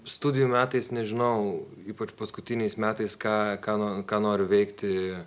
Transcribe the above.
studijų metais nežinau ypač paskutiniais metais ką ką no ką noriu veikti